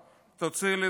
תוציא לי את זה בכתב.